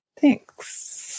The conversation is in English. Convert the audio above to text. thanks